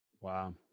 wow